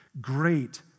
great